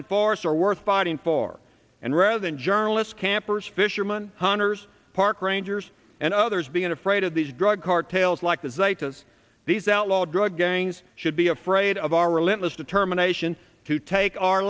are worth fighting for and rather than journalists campers fisherman hunters park rangers and others being afraid of these drug cartels like the zetas these outlaw drug gangs should be afraid of our relentless determination to take our